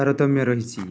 ତାରତମ୍ୟ ରହିଛି